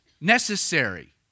necessary